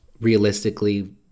realistically